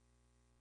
בהמשך.